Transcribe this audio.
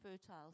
fertile